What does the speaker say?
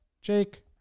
Jake